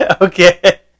Okay